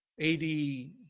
80